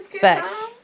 facts